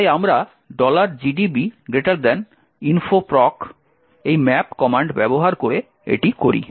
তাই আমরা gdb info proc map command ব্যবহার করে এটি করি